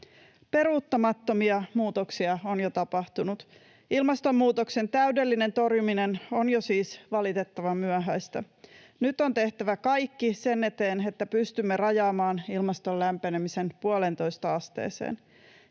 Peruuttamattomia muutoksia on jo tapahtunut. Ilmastonmuutoksen täydellinen torjuminen on siis jo valitettavan myöhäistä. Nyt on tehtävä kaikki sen eteen, että pystymme rajaamaan ilmaston lämpenemisen puoleentoista asteeseen.